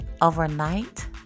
Overnight